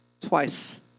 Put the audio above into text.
Twice